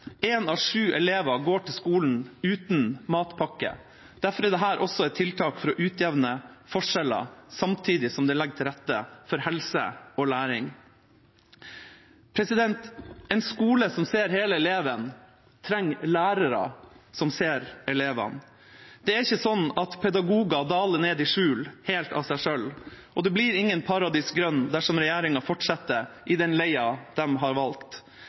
av syv elever går til skolen uten matpakke. Derfor er dette også et tiltak for å utjevne forskjeller, samtidig som det legger til rette for helse og læring. En skole som ser hele eleven, trenger lærere som ser elevene. Pedagoger daler ikke ned i skjul helt av seg selv, og det blir ingen paradis grønt dersom regjeringa fortsetter i den leia de har valgt.